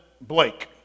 Blake